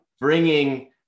bringing